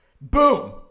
Boom